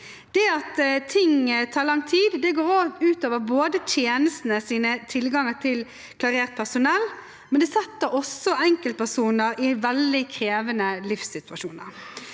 ting tar lang tid, går ut over tjenestenes tilganger til klarert personell, men det setter også enkeltpersoner i veldig krevende livssituasjoner.